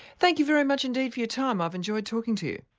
thank you very much indeed for your time, i've enjoyed talking to you.